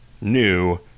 new